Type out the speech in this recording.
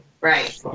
Right